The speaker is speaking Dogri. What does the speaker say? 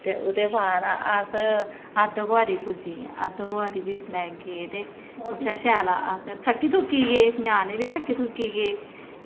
ते ओह्दे बाद अस अर्धकोआरी पुज्जिये अर्धकोआरी बी पुज्जिये ते उत्थें शैल थक्की गे ते ञ्यानें बी थक्की गे